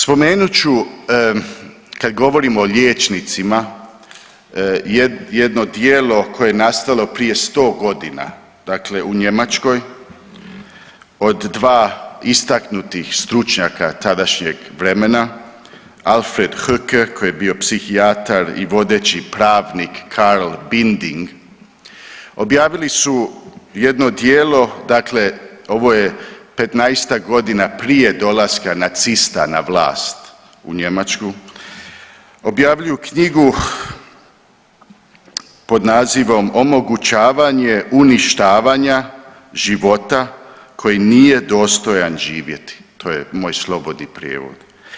Spomenut ću kad govorimo o liječnicima jedno djelo koje je nastalo prije sto godina dakle u Njemačkoj od 2 istaknutih stručnjaka tadašnjeg vremena Alfred Hoche i vodeći pravnik Karl Binding, objavili su jedno djelo, dakle ovo je 15-ak godina prije dolaska nacista na vlast u Njemačku, objavljuju knjigu pod nazivom Omogućavanje uništavanja života koji nije dostajan živjeti, to je moj slobodni prijevod.